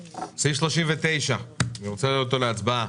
סעיף 39, אני רוצה להעלות אותו להצבעה.